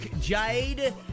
Jade